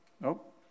Nope